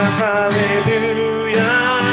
hallelujah